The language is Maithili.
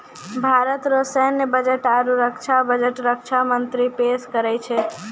भारत रो सैन्य बजट आरू रक्षा बजट रक्षा मंत्री पेस करै छै